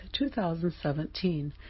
2017